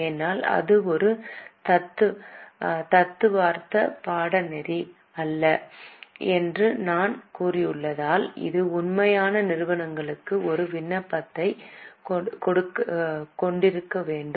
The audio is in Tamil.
ஏனென்றால் இது ஒரு தத்துவார்த்த பாடநெறி அல்ல என்று நான் கூறியுள்ளதால் அது உண்மையான நிறுவனங்களுக்கு ஒரு விண்ணப்பத்தைக் கொண்டிருக்க வேண்டும்